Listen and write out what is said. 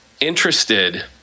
interested